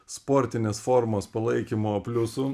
sportinės formos palaikymo pliusų